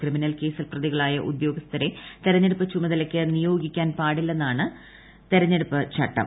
criminal കേസിൽ പ്രതികളായ ഉദ്യോഗസ്ഥരെ തെരഞ്ഞെടുപ്പ് ചുമതലക്ക് നിയോഗിക്കാൻ പാടില്ലെന്നാണ് തെരഞ്ഞെടുപ്പ് ചട്ടം